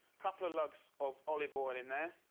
couple of lugs of olive oil in there.